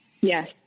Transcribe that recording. Yes